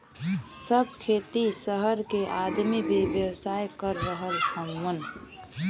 सब खेती सहर के आदमी भी व्यवसाय कर रहल हउवन